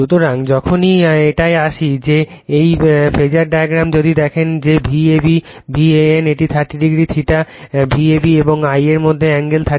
সুতরাং যখনই এটায় আসি যে এই ফেজার ডায়াগ্রামটি যদি দেখেন যে V ab VAN এটি 30o θ V ab এবং I a এর মধ্যে এঙ্গেল 30o